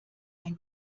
ein